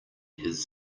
his